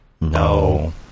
No